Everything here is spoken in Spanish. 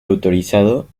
autorizado